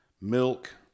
milk